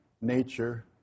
nature